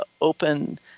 open